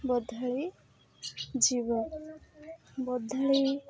ବଦଳି ଯିବ ବଦଳି